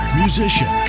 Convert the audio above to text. musician